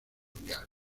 mundial